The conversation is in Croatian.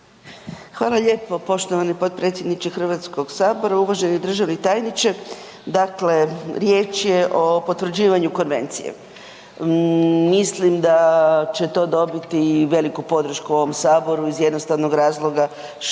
Hvala lijepo poštovani potpredsjedniče HS. Uvaženi državni tajniče, dakle riječ je o potvrđivanju konvencije. Mislim da će to dobiti i veliku podršku u ovom saboru iz jednostavnog razloga što